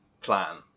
plan